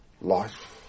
life